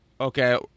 Okay